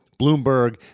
Bloomberg